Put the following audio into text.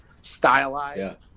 stylized